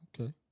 okay